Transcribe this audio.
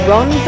Ron